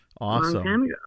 Awesome